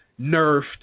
nerfed